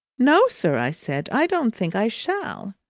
no, sir, i said, i don't think i shall,